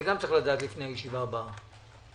גם לפני הישיבה הבאה.